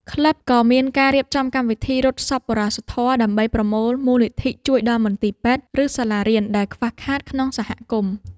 ក្លឹបក៏មានការរៀបចំកម្មវិធីរត់សប្បុរសធម៌ ដើម្បីប្រមូលមូលនិធិជួយដល់មន្ទីរពេទ្យ ឬសាលារៀនដែលខ្វះខាតក្នុងសហគមន៍។